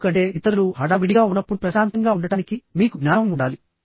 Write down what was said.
ఎందుకంటే ఇతరులు హడావిడిగా ఉన్నప్పుడు ప్రశాంతంగా ఉండటానికి మీకు జ్ఞానం ఉండాలి